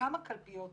כמה קלפיות חולים?